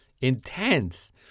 intense